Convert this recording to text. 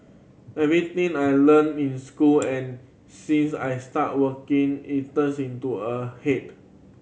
everything I learnt in school and since I started working is turning into a head